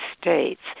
States